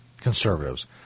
conservatives